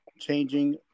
changing